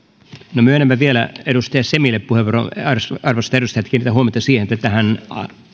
myönnän vielä edustaja semille puheenvuoron mutta arvoisat edustajat kiinnitän huomiota siihen että